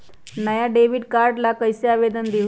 हम नया debit card ला कईसे आवेदन दिउ?